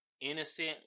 innocent